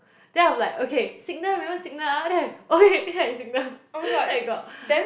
then I'm like okay signal remember signal ah then I okay then I signal then I got